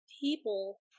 people